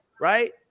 right